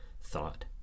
thought